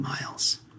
miles